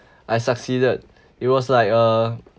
I succeeded it was like a